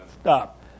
Stop